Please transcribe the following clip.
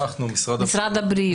אנחנו, משרד הבריאות.